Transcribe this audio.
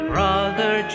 Brother